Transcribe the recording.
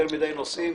יותר מדי נושאים.